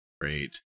great